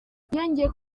yongeyeho